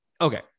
Okay